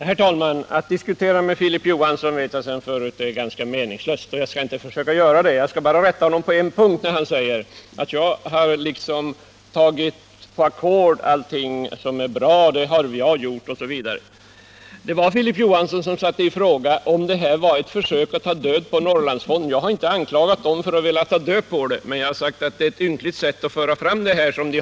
Herr talman! Jag vet sedan tidigare att det är ganska meningslöst att diskutera med Filip Johansson, och jag skall inte försöka att göra det. Jag skall bara rätta honom på en punkt, och det är när han säger att jag har tagit på entreprenad allting som är bra. Det var Filip Johansson som satte i fråga om detta var ett försök att ta död på Norrlandsfonden. Jag har inte anklagat centern för att vilja ta död på den, men jag har sagt att dess agerande i det här fallet är ynkligt.